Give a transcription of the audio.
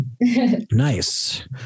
Nice